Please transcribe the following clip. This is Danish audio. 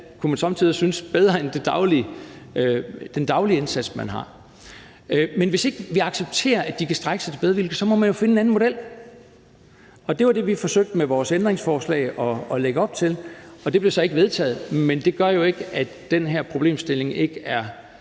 kunne man sommetider synes. Kl. 11:13 Men hvis ikke vi accepterer, at de kan strejke sig til bedre vilkår, må man jo finde en anden model. Og det var det, vi med vores ændringsforslag forsøgte at lægge op til, men det gør jo ikke, at den her problemstilling ikke er